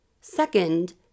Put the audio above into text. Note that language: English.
Second